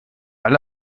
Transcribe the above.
alle